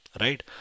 right